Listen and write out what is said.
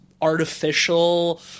artificial